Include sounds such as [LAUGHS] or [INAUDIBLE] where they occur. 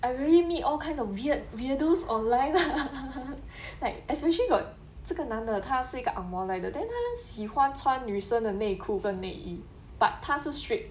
I really meet all kinds of weird weirdos online lah [LAUGHS] like especially got 这个男的他是一个 ang moh 来的 then 他喜欢穿女生的内裤跟内衣 but 他是 straight